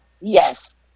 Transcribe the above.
Yes